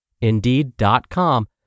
Indeed.com